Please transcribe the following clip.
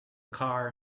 car